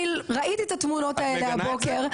אני ראיתי את התמונות האלה הבוקר.